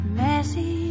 messy